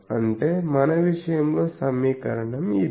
అంటే మన విషయంలో సమీకరణం ఇది